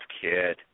kid